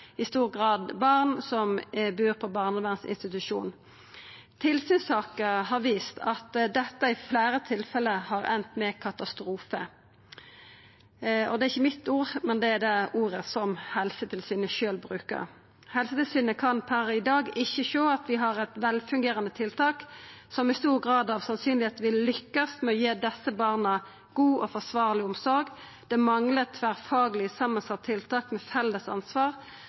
i stor grad barn som bur på barnevernsinstitusjon. Tilsynssaker har vist oss at dette i fleire tilfelle har enda med katastrofe – og det er ikkje mitt ord, det er det ordet Helsetilsynet bruker sjølv. Dei skriv også: «Helsetilsynet kan pr. i dag ikke se at vi har et velfungerende tiltak som med stor grad av sannsynlighet vil lykkes med å gi disse barna god og forsvarlig omsorg. Det mangler et tverrfaglig sammensatt tiltak med felles ansvar